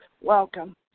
welcome